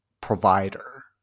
provider